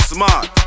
Smart